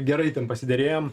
gerai ten pasiderėjom